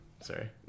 Sorry